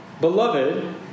Beloved